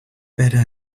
better